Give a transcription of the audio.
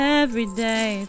everyday